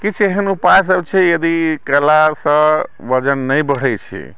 किछु एहन उपायसभ छै यदि केरासँ वजन नहि बढ़ै छै